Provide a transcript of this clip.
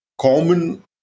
common